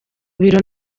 biro